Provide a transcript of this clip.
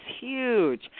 huge